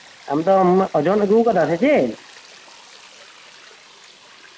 ᱟᱢ ᱫᱚᱢ ᱳᱡᱳᱱ ᱟᱜᱩᱣᱟᱠᱟᱫᱟ ᱥᱮ ᱪᱮᱫ